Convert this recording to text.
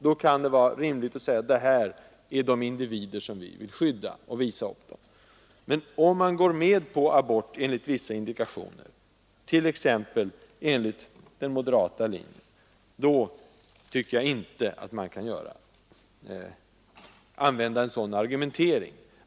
Då kan det vara rimligt att visa upp dem och säga: Det här är de individer som vi vill skydda. Men om man går med på abort enligt vissa indikationer, t.ex. enligt den moderata linjen, tycker jag inte att man kan använda en sådan argumentering.